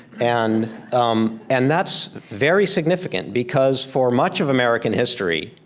and um and that's very significant because for much of american history,